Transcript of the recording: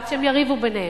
עד שהם יריבו ביניהם.